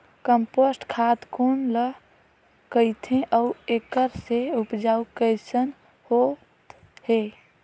Compost खाद कौन ल कहिथे अउ एखर से उपजाऊ कैसन होत हे?